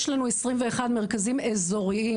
יש לנו 21 מרכזים אזוריים,